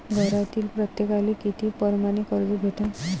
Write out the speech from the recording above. घरातील प्रत्येकाले किती परमाने कर्ज भेटन?